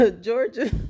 Georgia